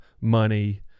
money